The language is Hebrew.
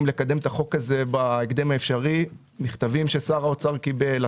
אחרים לקדם את החוק הזה בהקדם האפשרי ומכתבים ששר האוצר קיבל,